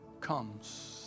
comes